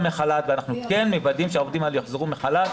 מחל"ת ואנחנו כן מוודאים שהעובדים האלה יחזרו מחל"ת